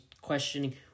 questioning